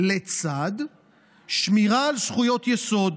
לצד שמירה על זכויות יסוד,